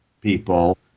people